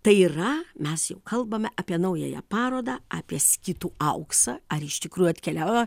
tai yra mes jau kalbame apie naująją parodą apie skitų auksą ar iš tikrųjų atkeliavo